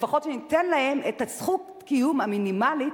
לפחות שניתן להם את זכות הקיום המינימלית,